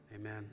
Amen